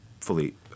fully